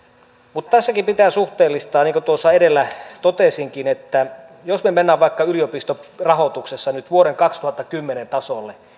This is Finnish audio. mutta tässäkin pitää suhteellistaa niin kuin tuossa edellä totesinkin että jos me menemme vaikka yliopistorahoituksessa nyt vuoden kaksituhattakymmenen tasolle niin